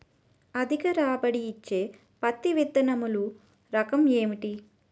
అధిక రాబడి ఇచ్చే పత్తి విత్తనములు రకం ఏంటి?